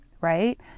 right